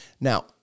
Now